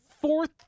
fourth